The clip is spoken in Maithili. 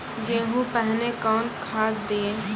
गेहूँ पहने कौन खाद दिए?